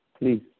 please